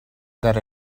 that